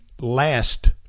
last